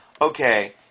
okay